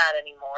anymore